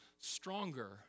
stronger